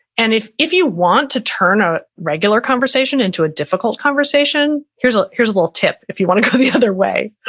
and if if you want to turn a regular conversation into a difficult conversation, here's ah here's a little tip. if you want to go the other way,